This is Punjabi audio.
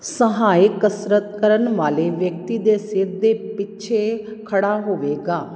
ਸਹਾਇਕ ਕਸਰਤ ਕਰਨ ਵਾਲੇ ਵਿਅਕਤੀ ਦੇ ਸਿਰ ਦੇ ਪਿੱਛੇ ਖੜ੍ਹਾ ਹੋਵੇਗਾ